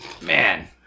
Man